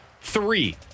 Three